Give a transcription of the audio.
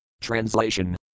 Translation